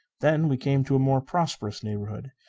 then we came to a more prosperous neighborhood.